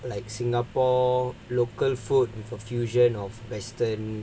like singapore local food with a fusion of western